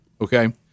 Okay